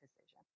decision